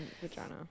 vagina